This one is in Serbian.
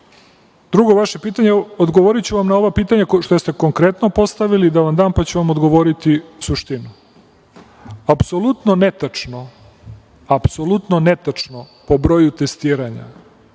vaše pitanje, odgovoriću vam na ovo pitanje što ste konkretno postavili da vam dam, pa ću vam odgovoriti suštinu. Apsolutno netačno po broju testiranja,